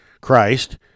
Christ